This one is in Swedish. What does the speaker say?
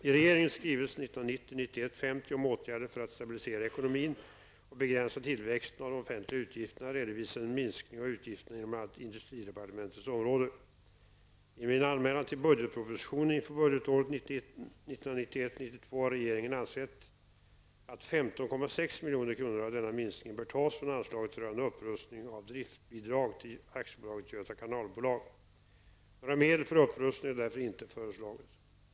I regeringens skrivelse 1990 92 har regeringen ansett att 15,6 milj.kr. av denna minskning bör tas från anslaget rörande upprustning och driftbidrag till AB Göta kanalbolag. Några medel för upprustning har därför inte föreslagits.